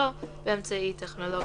בהשתתפותו באמצעי טכנולוגי.